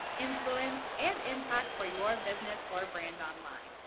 influence, and impact for your business or brand online.